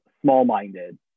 small-minded